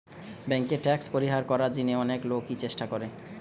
বেঙ্কে ট্যাক্স পরিহার করার জিনে অনেক লোকই চেষ্টা করে